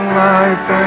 life